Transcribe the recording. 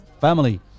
family